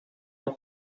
het